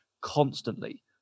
constantly